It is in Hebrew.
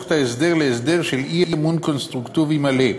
את ההסדר להסדר של אי-אמון קונסטרוקטיבי מלא.